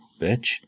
bitch